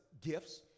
gifts